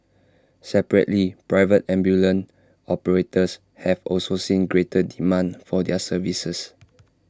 separately private ambulance operators have also seen greater demand for their services